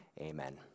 Amen